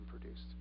produced